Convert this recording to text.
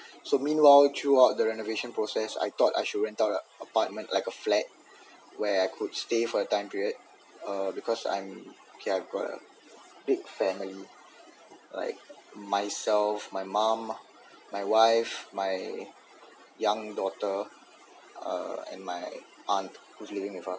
so meanwhile throughout the renovation process I thought I should rent out apartment like a flat where I could stay for a time period uh because I'm yeah I got a bit family like myself my mum uh my wife my young daughter and uh my aunt who's living